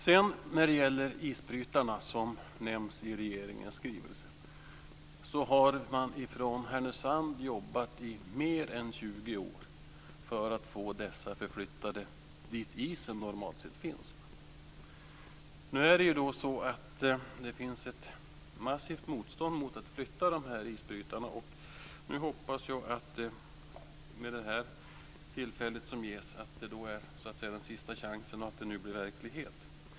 När det sedan gäller isbrytarna, som nämns i regeringens skrivelse, har man i Härnösand jobbat i mer än 20 år för att få dessa förflyttade dit isen normalt sett finns. Nu finns det ju ett massivt motstånd mot att flytta isbrytarna. Nu hoppas jag med det tillfälle som ges att det är sista chansen och att flyttningen nu blir verklighet.